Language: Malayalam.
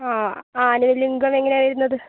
ആ ആനുവൽ ഇൻകം എങ്ങനാണ് വരുന്നത്